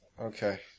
Okay